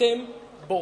אתם בורחים.